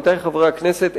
עמיתי חברי הכנסת,